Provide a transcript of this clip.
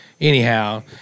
anyhow